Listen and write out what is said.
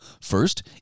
First